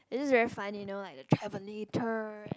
it's just really funny you know like the travelator